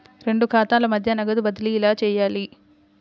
రెండు ఖాతాల మధ్య నగదు బదిలీ ఎలా చేయాలి?